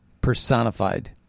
personified